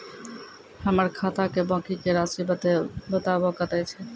हमर खाता के बाँकी के रासि बताबो कतेय छै?